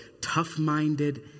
tough-minded